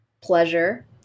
pleasure